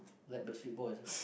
like backstreet-boys ah